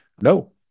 No